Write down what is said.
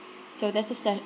so there's a set